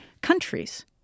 countries